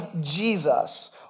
Jesus